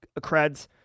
creds